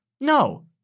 No